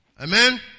Amen